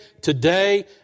today